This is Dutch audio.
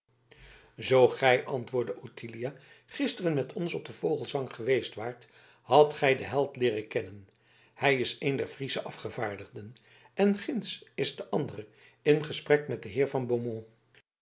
zoo gij antwoordde ottilia gisteren met ons op den vogelesang geweest waart hadt gij den held leeren kennen hij is een der friesche afgevaardigden en ginds is de andere in gesprek met den heer van